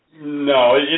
No